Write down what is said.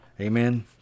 Amen